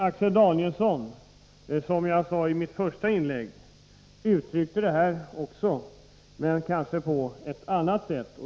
Axel Danielsson, som jag talade om i mitt första inlägg, uttryckte också detta, men kanske på ett annat sätt.